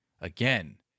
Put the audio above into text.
Again